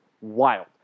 wild